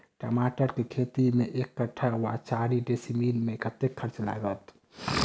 टमाटर केँ खेती मे एक कट्ठा वा चारि डीसमील मे कतेक खर्च लागत?